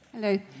Hello